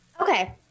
Okay